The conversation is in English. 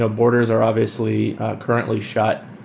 ah borders are obviously currently shut.